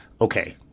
okay